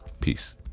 Peace